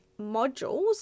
modules